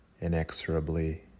inexorably